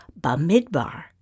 Bamidbar